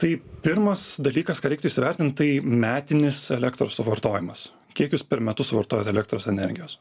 tai pirmas dalykas ką reiktų įsivertint tai metinis elektros suvartojimas kiek jūs per metus suvartojat elektros energijos